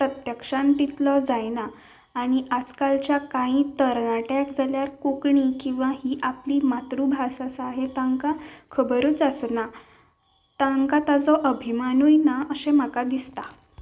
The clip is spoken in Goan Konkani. प्रत्यक्षांत तितलो जायना आनी आयज कालच्या कांय तरणाटे जाल्यार कोंकणी किंवा ही आपली मातृभास आसा हें तांकां खबरच आसना तांकां ताचो अभिमानूय ना अशें म्हाका दिसता